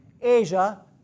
Asia